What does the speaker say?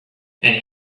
and